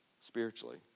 spiritually